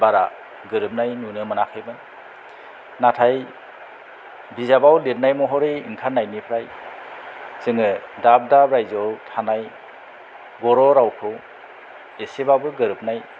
बारा गोरोबनाय नुनो मोनाखैमोन नाथाय बिजाबाव लिरनाय महरै ओंखारनायनिफ्राय जोङो दाब दाब रायजोआव थानाय बर' रावखौ एसेबाबो गोरोबनाय